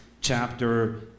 chapter